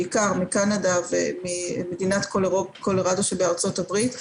בעיקר מקנדה ומקולורדו שבארצות הברית.